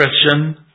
Christian